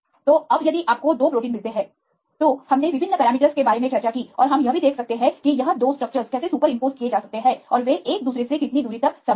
तो अब यदि आपको 2 प्रोटीन मिलते हैं तो हमने विभिन्न पैरामीटरस के बारे में चर्चा की और हम यह भी देख सकते हैं कि यह 2 स्ट्रक्चरस कैसे सुपर इंपोज किए जा सकते हैं और वे एक दूसरे से कितनी दूर तक समान हैं